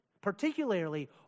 particularly